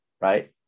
right